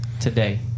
today